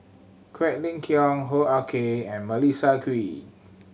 Quek Ling Kiong Hoo Ah Kay and Melissa Kwee